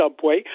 subway